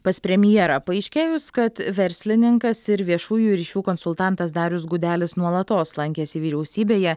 pas premjerą paaiškėjus kad verslininkas ir viešųjų ryšių konsultantas darius gudelis nuolatos lankėsi vyriausybėje